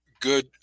good